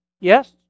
Yes